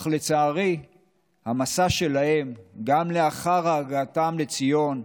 אך לצערי המסע שלהם, גם לאחר הגעתם לציון,